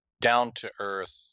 down-to-earth